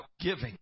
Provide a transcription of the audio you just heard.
giving